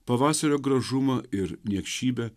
pavasario gražumą ir niekšybę